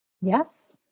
Yes